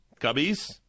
Cubbies